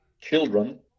children